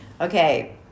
okay